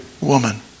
woman